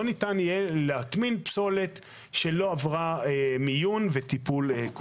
לא ניתן יהיה להטמין פסולת שלא עברה מיון וטיפול.